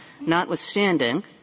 notwithstanding